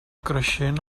creixent